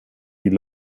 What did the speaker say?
die